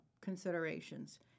considerations